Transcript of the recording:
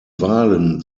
wahlen